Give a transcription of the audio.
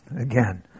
again